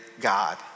God